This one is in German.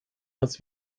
das